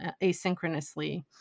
asynchronously